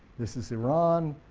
this is iran,